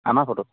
আমাৰ ফটো